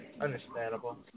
Understandable